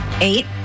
Eight